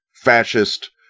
fascist